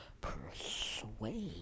persuade